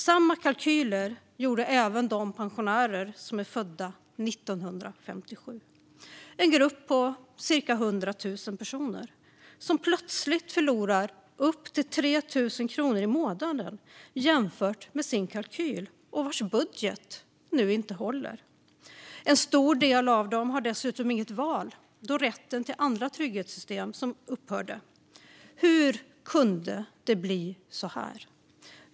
Samma kalkyler gjorde även de pensionärer som är födda 1957, en grupp på cirka 100 000 personer som plötsligt förlorar upp till 3 000 kronor i månaden jämfört med sin kalkyl och vars budget nu inte håller. En stor del av dem har dessutom inget val då rätten till andra trygghetssystem upphörde. Hur kunde det bli så här?